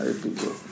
people